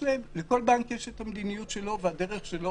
לכל בנק יש את המדיניות שלו ואת הדרך שלו